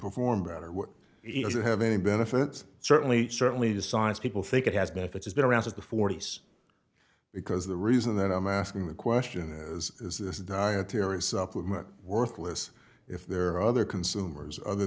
perform better what it doesn't have any benefits certainly certainly the science people think it has now if it's been around since the forty's because the reason that i'm asking the question is is this dietary supplement worthless if there are other consumers other